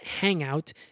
hangout